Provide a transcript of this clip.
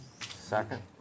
Second